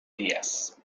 díaz